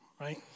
Right